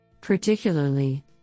Particularly